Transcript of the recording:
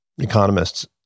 economists